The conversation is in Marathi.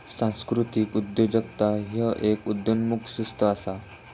सांस्कृतिक उद्योजकता ह्य एक उदयोन्मुख शिस्त असा